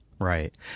Right